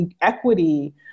equity